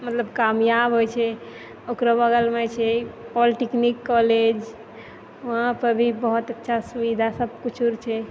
मतलब कामयाब होइ छै ओकरे बगलमे छै पॉलीटेक्निक कॉलेज वहाँपर भी बहुत अच्छा सुविधा सबकिछु छै